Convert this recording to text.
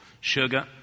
sugar